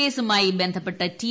കേസുമായി ബന്ധപ്പെട്ട് റ്റി